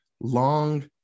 long